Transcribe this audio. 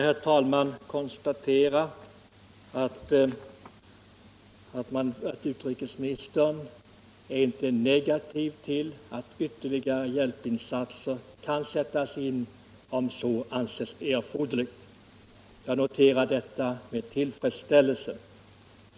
Herr talman! Låt mig konstatera att utrikesministern inte är negativ till att ytterligare hjälpinsatser kan sättas in om så anses erforderligt. Jag noterar detta med tillfredsställelse.